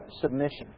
submission